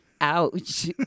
Ouch